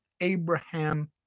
Abraham